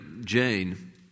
Jane